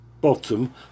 bottom